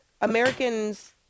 Americans